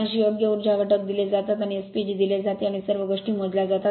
86 योग्य उर्जा घटक दिले जातात आणि SPG दिले जाते आणि या सर्व गोष्टी मोजल्या जातात